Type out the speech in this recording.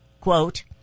quote